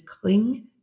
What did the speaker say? cling